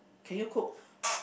can you cook